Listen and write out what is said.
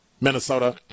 Minnesota